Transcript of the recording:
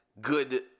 Good